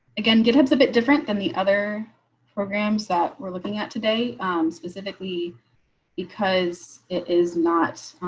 again, get hits a bit different than the other programs that we're looking at today specifically because it is not